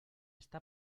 está